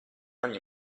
ogni